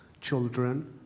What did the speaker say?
children